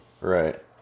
right